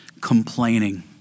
Complaining